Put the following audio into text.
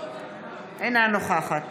אינה נוכחת